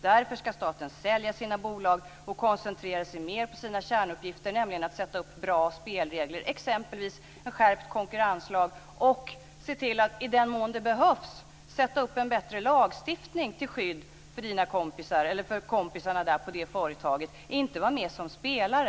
Därför ska staten sälja sina bolag och koncentrera sig mer på sina kärnuppgifter, nämligen att sätta upp bra spelregler, exempelvis en skärpt konkurrenslag, och se till att i den mån det behövs införa en bättre lagstiftning till skydd för kompisarna på det där företaget och inte vara med som spelare.